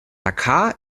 dakar